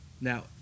Now